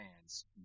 fans